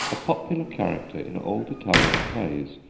a popular character in old italian plays,